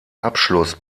abschluss